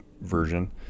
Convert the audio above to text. version